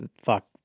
fuck